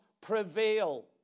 prevail